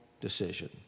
decision